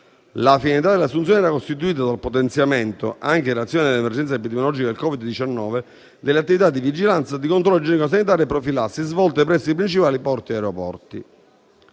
La finalità delle assunzioni era costituita dal potenziamento - anche in relazione all'emergenza epidemiologica da Covid-19 - delle attività di vigilanza, di controllo igienico-sanitario e profilassi, svolte presso i principali porti e aeroporti.